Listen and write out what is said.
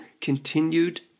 continued